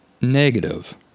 negative